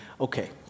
okay